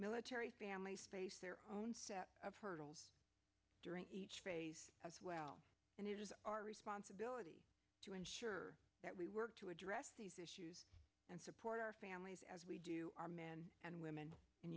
military families face their own set of hurdles during each day as well and it is our responsibility to ensure that we work to address these issues and support our families as we do our men and women in